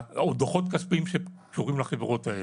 או דוחות כספיים שקשורים לחברות האלה.